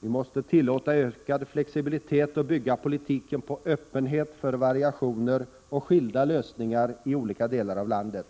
Vi måste tillåta ökad flexibilitet och bygga politiken på öppenhet för variationer och skilda lösningar i olika delar av landet.